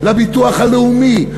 לביטוח הלאומי,